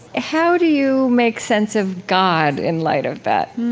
how do you make sense of god in light of that?